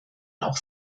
auch